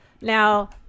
Now